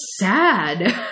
sad